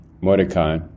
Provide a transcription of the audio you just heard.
Mordecai